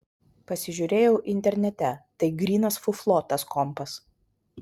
pasižiūrėjau internete tai grynas fuflo tas kompas